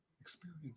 Experience